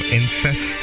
incest